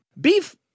beef